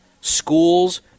schools